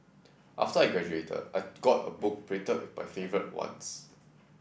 after I graduated I got a book printed with my favourite ones